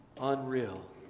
unreal